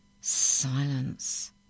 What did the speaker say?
Silence